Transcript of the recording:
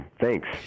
thanks